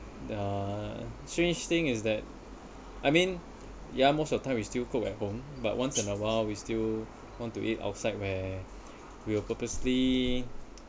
uh strange thing is that I mean ya most of time we still cook at home but once in a while we still want to eat outside where we will purposely